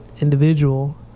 individual